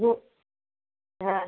वो हाँ